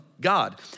God